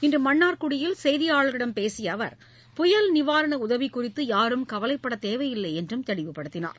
இன்று மன்னார்குடியில் செய்தியாளர்களிடம் பேசிய அவர் புயல் நிவாரண உதவி குறித்து யாரும் கவலைப்பட தேவையில்லை என்றும் தெளிவுப்படுத்தினார்